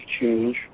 change